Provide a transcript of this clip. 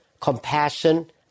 compassion